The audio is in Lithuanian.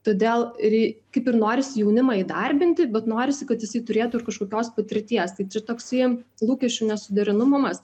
todėl rei kaip ir norisi jaunimą įdarbinti bet norisi kad jisai turėtų ir kažkokios patirties tai čia toksai lūkesčių nesuderinamumas